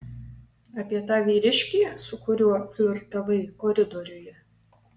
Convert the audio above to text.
apie tą vyriškį su kuriuo flirtavai koridoriuje